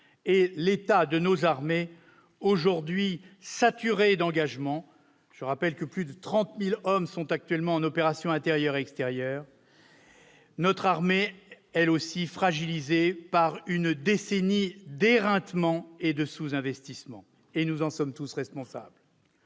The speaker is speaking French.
et l'état de nos armées, aujourd'hui saturées d'engagements- je rappelle que plus de 30 000 hommes sont actuellement en opérations intérieures et extérieures -et fragilisées par une décennie d'éreintement et de sous-investissement. Nous en sommes tous responsables